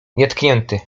nietknięty